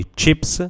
Chips